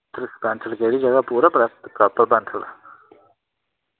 ते पैंथल केह्ड़ी जगह पूरा प्र प्रापर पैंथल